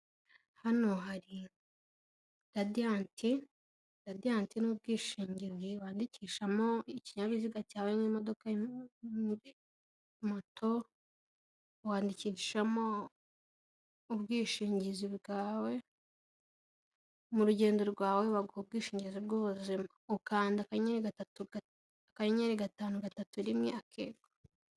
Hano hari radiyanti. Radiyanti ni ubwishingizi wandikishamo ikinyabiziga cyawe nk'imodoka, moto. Wandikishamo ubwishingizi bwawe. Mu rugendo rwawe baguha ubwishingizi. Ukanda akanyenyeri gatatu, akanyenyeri gatanu, gatatu, rimwe akego.